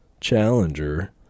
Challenger